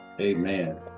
amen